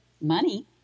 money